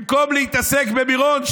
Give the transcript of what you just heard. במקום להתעסק במירון,